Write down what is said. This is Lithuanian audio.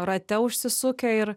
rate užsisukę ir